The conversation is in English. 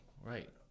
Right